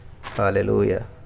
Hallelujah